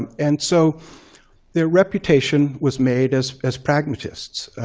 and so their reputation was made as as pragmatists.